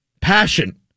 passion